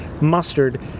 mustard